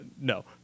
no